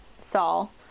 Saul